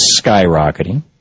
skyrocketing